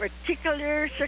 particular